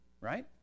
Right